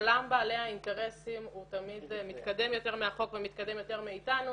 עולם בעלי האינטרסים הוא תמיד מתקדם יותר מהחוק ומתקדם יותר מאתנו.